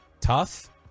Tough